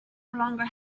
longer